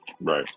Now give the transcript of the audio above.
Right